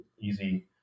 easy